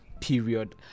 period